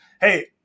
Hey